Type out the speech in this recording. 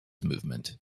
movement